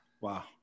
Wow